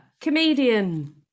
comedian